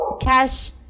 Cash